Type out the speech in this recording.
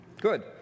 good